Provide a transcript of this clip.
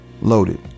loaded